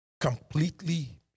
Completely